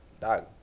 dog